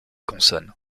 consonnes